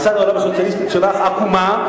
תפיסת העולם הסוציאליסטית שלך עקומה.